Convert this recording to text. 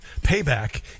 Payback